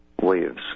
waves